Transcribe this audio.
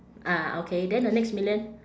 ah okay then the next million